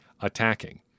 attacking